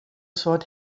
soad